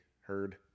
heard